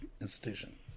institution